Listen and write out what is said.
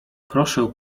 proszę